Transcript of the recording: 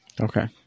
Okay